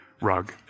rug